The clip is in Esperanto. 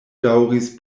daŭris